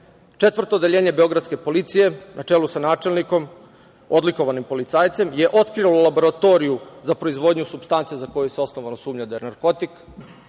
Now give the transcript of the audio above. Četvrto odeljenje beogradske policije, na čelu sa načelnikom, odlikovanim policajcem, otkrilo je laboratoriju za proizvodnju supstance za koju se osnovano sumnja da je narkotik,